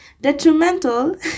Detrimental